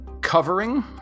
Covering